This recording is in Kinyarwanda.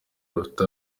rufite